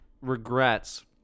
regrets